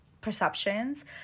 perceptions